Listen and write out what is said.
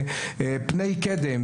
פני קדם,